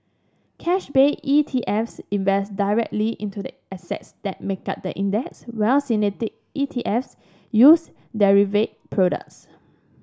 cash based ETFs invest directly into the assets that make up the index while synthetic ETFs use derivative products